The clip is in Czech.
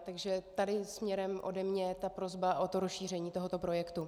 Takže tady směrem ode mne je prosba o rozšíření tohoto projektu.